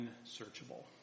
unsearchable